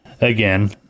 Again